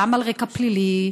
גם על רקע פלילי,